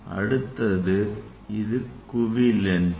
Now this is the this is the lens convex lens